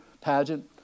pageant